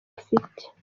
ufite